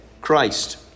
Christ